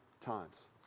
times